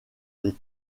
les